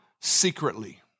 secretly